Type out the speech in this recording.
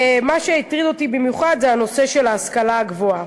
מה שהטריד אותי במיוחד זה הנושא של ההשכלה הגבוהה.